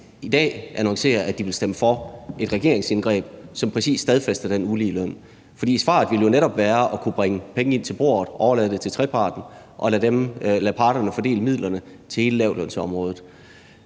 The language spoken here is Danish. i dag annoncerer, at de vil stemme for et regeringsforslag, som præcis stadfæster den uligeløn. For svaret ville jo netop være at kunne bringe pengene ind til bordet og overlade det til trepartsdrøftelser og lade parterne fordele midlerne til hele lavtlønsområdet.